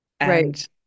right